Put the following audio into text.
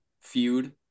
feud